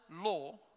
law